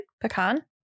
pecan